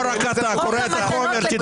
לא רק אתה קורא את החומר, תתפלא.